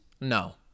No